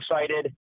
excited